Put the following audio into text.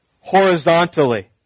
horizontally